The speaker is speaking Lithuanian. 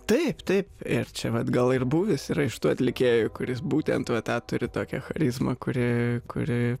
taip taip ir čia vat gal ir bouvis yra iš tų atlikėjų kuris būtent va tą turi tokią charizmą kuri kuri